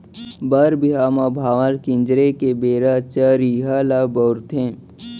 बर बिहाव म भांवर किंजरे के बेरा चरिहा ल बउरथे